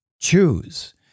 choose